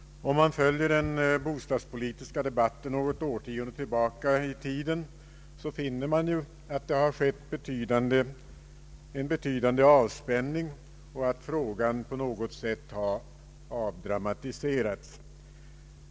Om man följer den bostadspolitiska debatten något årtionde tillbaka i tiden finner man att det har skett en betydande avspänning och att frågan på något sätt har avdramatiserats.